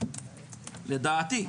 לדעתי,